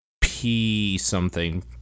P-something